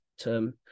term